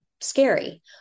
scary